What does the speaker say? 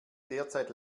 derzeit